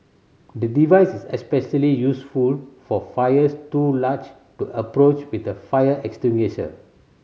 the device is especially useful for fires too large to approach with a fire extinguisher